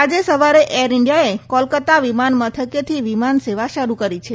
આજે સવારે એર ઇન્ડિયાએ વિમાન મથકેથી વિમાન સેવા શરૂ કરી છે